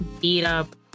beat-up